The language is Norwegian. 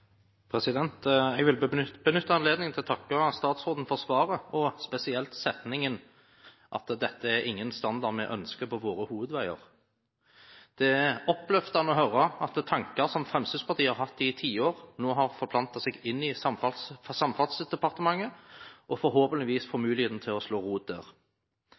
Jeg vil benytte anledningen til å takke statsråden for svaret, spesielt for setningen der han sier at dette er ingen standard vi ønsker på våre hovedveier. Det er oppløftende å høre at tanker som Fremskrittspartiet har hatt i tiår, nå har forplantet seg inn i Samferdselsdepartementet og forhåpentligvis får muligheten til å slå rot der.